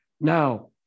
Now